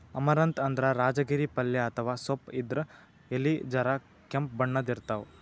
amaranth ಅಂದ್ರ ರಾಜಗಿರಿ ಪಲ್ಯ ಅಥವಾ ಸೊಪ್ಪ್ ಇದ್ರ್ ಎಲಿ ಜರ ಕೆಂಪ್ ಬಣ್ಣದ್ ಇರ್ತವ್